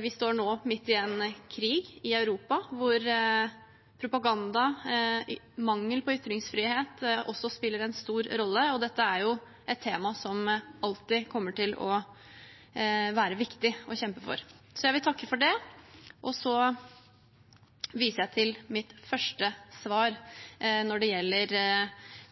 Vi står nå midt i en krig i Europa, hvor propaganda og mangel på ytringsfrihet også spiller en stor rolle, og dette er et tema som alltid kommer til å være viktig å kjempe for. Jeg vil takke for det, og så viser jeg til mitt første svar når det gjelder